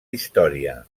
història